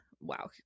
Wow